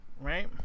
right